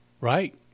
Right